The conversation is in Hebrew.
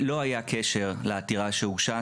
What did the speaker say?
לא היה קשר לעתירה שהוגשה.